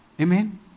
Amen